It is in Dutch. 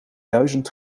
duizend